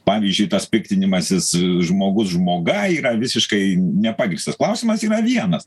pavyzdžiui tas piktinimasis žmogus žmoga yra visiškai nepagrįstas klausimas yra vienas